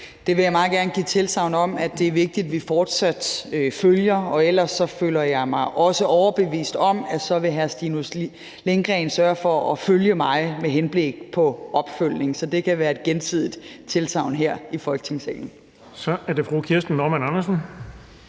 Det vil jeg meget gerne give tilsagn om, altså at det er vigtigt, at vi fortsat følger det. Ellers føler jeg mig også overbevist om, at hr. Stinus Lindgreen så vil sørge for at følge mig med henblik på opfølgning. Så det kan være et gensidigt tilsagn her i Folketingssalen. Kl. 16:27 Den fg. formand (Erling